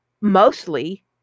mostly